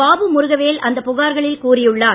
பாபு முருகவேல் அந்த புகார்களில் கூறியுள்ளார்